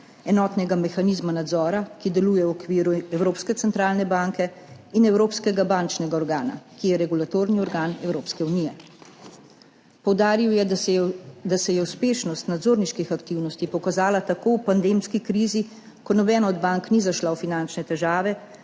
Enotnega mehanizma nadzora, ki deluje v okviru Evropske centralne banke, in Evropskega bančnega organa, ki je regulatorni organ Evropske unije. Poudaril je, da se je uspešnost nadzorniških aktivnosti pokazala v pandemski krizi, ko nobena od bank ni zašla v finančne težave,